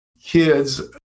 kids